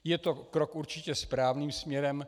Je to krok určitě správným směrem.